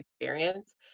experience